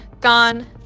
gone